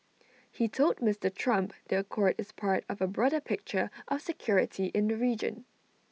he told Mister Trump the accord is part of A broader picture of security in region